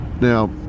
Now